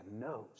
knows